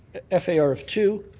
f a r. of two,